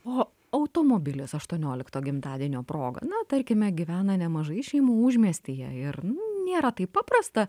o automobilis aštuoniolikto gimtadienio proga na tarkime gyvena nemažai šeimų užmiestyje ir nėra taip paprasta